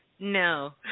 No